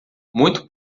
muito